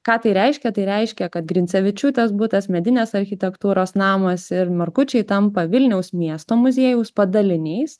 ką tai reiškia tai reiškia kad grincevičiūtės butas medinės architektūros namas ir markučiai tampa vilniaus miesto muziejaus padaliniais